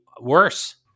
worse